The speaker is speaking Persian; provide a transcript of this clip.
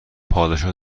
پادشاه